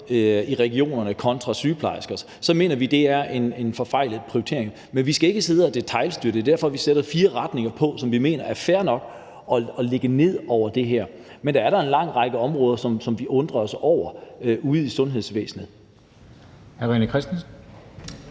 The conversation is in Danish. i regionerne kontra antallet af sygeplejerskestillinger, er en forfejlet prioritering. Men vi skal ikke sidde og detailstyre. Det er derfor, vi sætter fire retninger, som vi mener er fair nok at lægge ned over det her. Men der er da en lang række områder, som vi undrer os over, ude i sundhedsvæsenet. Kl. 15:14 Formanden